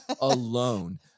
alone